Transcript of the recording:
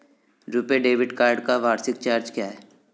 RuPay debit card का वार्षिक charge क्या है?